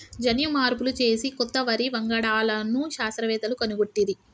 జన్యు మార్పులు చేసి కొత్త వరి వంగడాలను శాస్త్రవేత్తలు కనుగొట్టిరి